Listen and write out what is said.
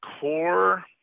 core